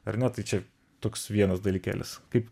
ar ne tai čia toks vienas dalykėlis kaip